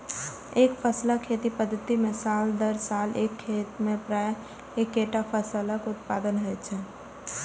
एकफसला खेती पद्धति मे साल दर साल एक खेत मे प्रायः एक्केटा फसलक उत्पादन होइ छै